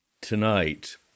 tonight